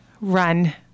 run